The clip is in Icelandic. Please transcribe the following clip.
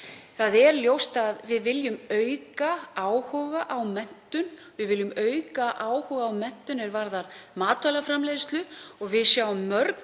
Það er ljóst að við viljum auka áhuga á menntun. Við viljum auka áhuga á menntun sem tengist matvælaframleiðslu og við sjáum mörg